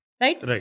Right